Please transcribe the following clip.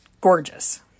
gorgeous